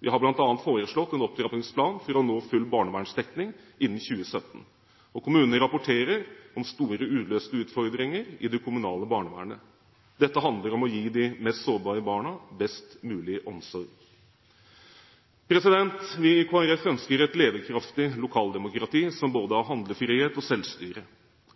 Vi har bl.a. foreslått en opptrappingsplan for å nå full barnevernsdekning innen 2017. Kommunene rapporterer om store uløste utfordringer i det kommunale barnevernet. Dette handler om å gi de mest sårbare barna best mulig omsorg. Vi i Kristelig Folkeparti ønsker et levekraftig lokaldemokrati, som har både handlefrihet og selvstyre.